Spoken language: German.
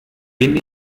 bin